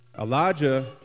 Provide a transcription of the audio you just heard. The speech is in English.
Elijah